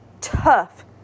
tough